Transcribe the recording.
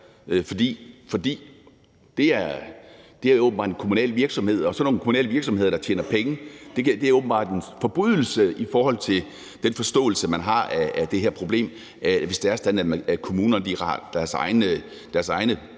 For det er jo åbenbart en kommunal virksomhed, og sådan nogle kommunale virksomheder, der tjener penge, er åbenbart en forbrydelse i forhold til den forståelse, man har af det her problem, altså hvis det er sådan, at kommunerne har deres egne